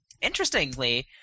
Interestingly